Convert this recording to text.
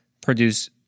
produce